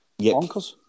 Bonkers